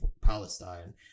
Palestine